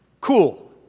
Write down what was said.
cool